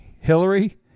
Hillary